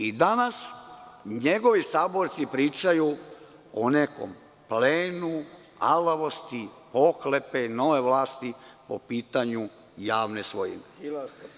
I danas njegovi saborci pričaju o nekom plenu, alavosti, pohlepe nove vlasti po pitanju javne svojine.